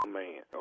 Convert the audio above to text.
man